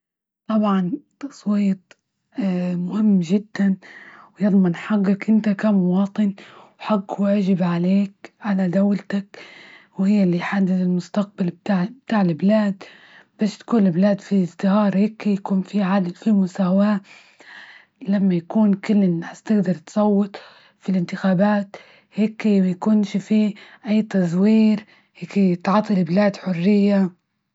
طبعا التصويت مهم جدا ويضمن حقك إنت كمواطن وحق واجب عليك على دولتك، وهي اللي يحدد المستقبلب ب- بتاع البلاد باش تكون البلاد فيه إزدهار هيك، يكون في عادة في مساواة لما يكون الناس تقدر تصوت في الإنتخابات هيكي، بكونش في أي تزوير هيك تعاطي لبلاد حرية.